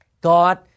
God